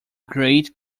great